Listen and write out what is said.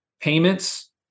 Payments